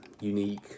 unique